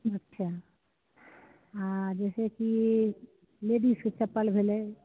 अच्छा आ जैसेकी लेडीजके चप्पल भेलै